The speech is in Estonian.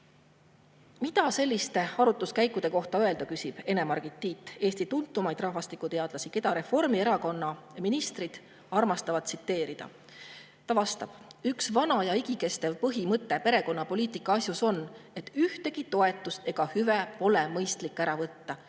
"Mida selliste arutluskäikude kohta öelda?" küsib Ene-Margit Tiit, üks Eesti tuntuimaid rahvastikuteadlasi, keda Reformierakonna ministrid armastavad tsiteerida. Ta vastab: "Üks vana ja igikestev põhimõte perekonnapoliitika asjus on, et ühtegi toetust ega hüve pole mõistlik ära võtta.